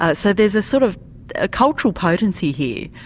ah so there's a sort of ah cultural potency here.